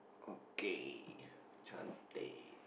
okay cantik